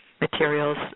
materials